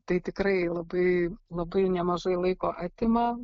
tai tikrai labai labai nemažai laiko atima